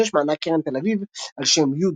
1986 - מענק קרן תל אביב ע"ש י.